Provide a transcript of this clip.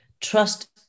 trust